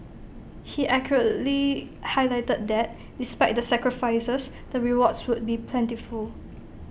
he accurately highlighted that despite the sacrifices the rewards would be plentiful